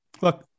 look